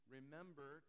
Remember